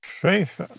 Faith